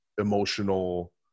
emotional